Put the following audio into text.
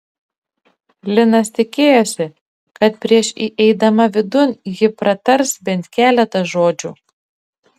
linas tikėjosi kad prieš įeidama vidun ji pratars bent keletą žodžių